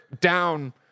down